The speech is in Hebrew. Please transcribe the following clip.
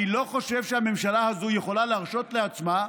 אני לא חושב שהממשלה הזאת יכולה להרשות לעצמה,